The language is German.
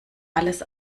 alles